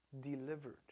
delivered